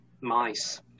Mice